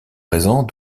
présents